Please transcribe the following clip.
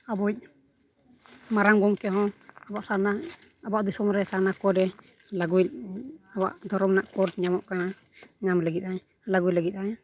ᱟᱵᱚᱭᱤᱡ ᱢᱟᱨᱟᱝ ᱜᱚᱢᱠᱮ ᱦᱚᱸ ᱥᱟᱨᱱᱟ ᱟᱵᱚᱣᱟᱜ ᱫᱤᱥᱚᱢ ᱨᱮ ᱥᱟᱨᱱᱟ ᱠᱳᱰᱮ ᱞᱟᱹᱜᱩᱭᱤᱡᱽ ᱟᱵᱚᱣᱟᱜ ᱫᱷᱚᱨᱚᱢ ᱨᱮᱱᱟᱜ ᱠᱳᱰ ᱧᱟᱢᱚᱜ ᱠᱟᱱᱟ ᱧᱟᱢ ᱞᱟᱹᱜᱤᱫ ᱟᱭ ᱞᱟᱹᱜᱩᱭ ᱞᱟᱹᱜᱤᱫᱼᱟᱭ